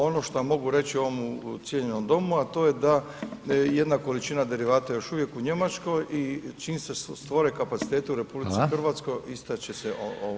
Ono što mogu reći ovomu cijenjenom domu, a to je da jedna količina derivata još uvijek u Njemačkoj i čim se stvore kapaciteti [[Upadica: Hvala.]] u RH, ista će se